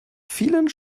vielen